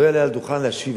לא אעלה על הדוכן להשיב.